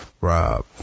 Rob